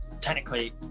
technically